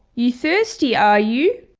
you thirsty, are you?